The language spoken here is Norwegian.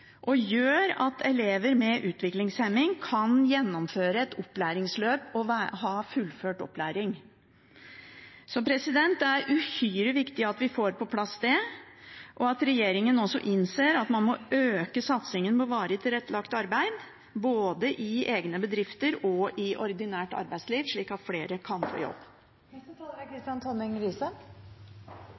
den gjør at elever med utviklingshemning kan gjennomføre et opplæringsløp og få fullført opplæringen. Det er uhyre viktig at vi får på plass det, og at regjeringen også innser at man må øke satsingen på varig tilrettelagt arbeid, i både egne bedrifter og ordinært arbeidsliv, slik at flere kan få jobb.